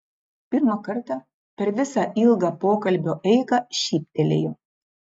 pirmą kartą per visą ilgą pokalbio eigą šyptelėjo